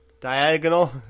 diagonal